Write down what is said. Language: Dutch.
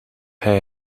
hij